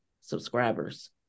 subscribers